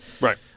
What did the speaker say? Right